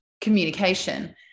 communication